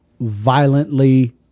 violently